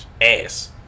Ass